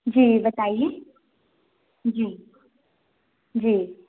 जी बताइए जी जी